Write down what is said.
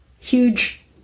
huge